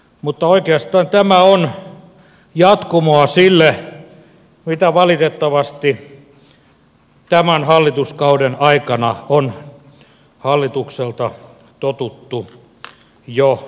mutta oikeastaan tämä on jatkumoa sille mitä valitettavasti tämän hallituskauden aikana on hallitukselta totuttu jo odottamaan